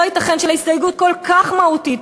לא ייתכן שבהסתייגות כל כך מהותית,